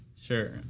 Sure